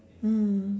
mm